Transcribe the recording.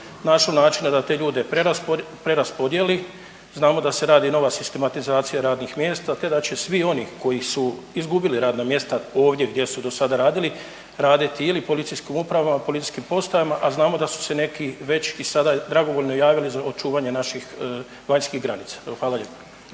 našao načina da te ljude preraspodjeli. Znamo da se radi nova sistematizacija radnih mjesta te da će svi oni koji su izgubili radna mjesta ovdje gdje su dosada radili, raditi ili u policijskim upravama, policijskim postajama, a znamo da su se neki već i sada dragovoljno javili za očuvanje naših vanjskih granica. Evo, hvala lijepa.